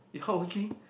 you hardworking